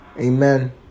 Amen